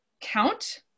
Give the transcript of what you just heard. count